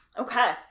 Okay